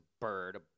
bird